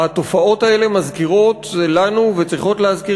התופעות האלה מזכירות לנו וצריכות להזכיר